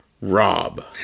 Rob